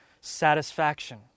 Satisfaction